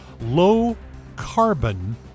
low-carbon